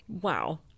Wow